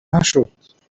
نشد